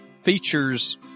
features